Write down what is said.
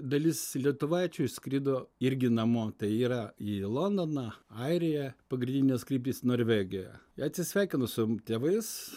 dalis lietuvaičių išskrido irgi namo tai yra į londoną airiją pagrindinės kryptys norvegija atsisveikino su tėvais